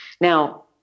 Now